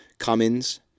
Cummins